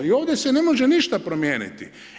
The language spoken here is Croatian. I ovdje se ne može ništa promijeniti.